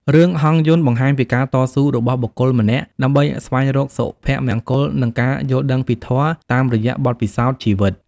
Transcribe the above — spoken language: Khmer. រឿង ហង្សយន្ត បង្ហាញពីការតស៊ូរបស់បុគ្គលម្នាក់ដើម្បីស្វែងរកសុភមង្គល និងការយល់ដឹងពីធម៌តាមរយៈបទពិសោធន៍ជីវិត។